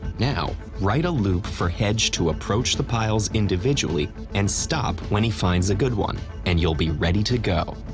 now write a loop for hedge to approach the piles individually, and stop when he finds a good one, and you'll be ready to go.